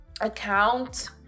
account